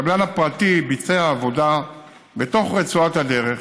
הקבלן הפרטי ביצע עבודה בתוך רצועת הדרך,